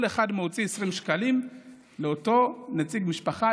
כל אחד מוציא 20 שקלים לאותו נציג משפחה,